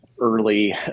early